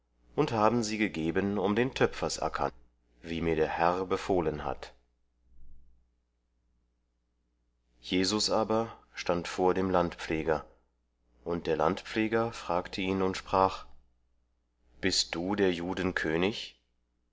und haben sie gegeben um den töpfersacker wie mir der herr befohlen hat jesus aber stand vor dem landpfleger und der landpfleger fragte ihn und sprach bist du der juden könig